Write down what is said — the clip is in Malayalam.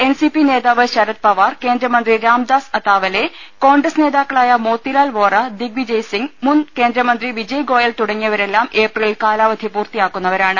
എൻ സി പി നേതാവ് ശരത്പവാർ കേന്ദ്രമന്ത്രി രാമദാസ് അതാവലെ കോൺഗ്രസ് നേതാക്കളായ മോത്തിലാൽ വോറ ദിഗ്വിജയ്സിംഗ് മുൻകേന്ദ്രമന്ത്രി വിജയ്ഗോയൽ തുടങ്ങിയവ രെല്ലാം ഏപ്രിലിൽ കാലാവധി പൂർത്തിയാക്കുന്നവരാണ്